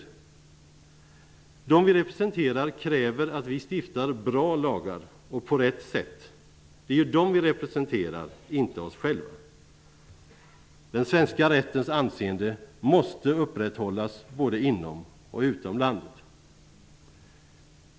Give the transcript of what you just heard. De människor som vi representerar kräver att vi stiftar bra lagar -- och på rätt sätt. Det är dem vi representerar -- inte oss själva. Den svenska rättens anseende måste upprätthållas både inom och utom landet.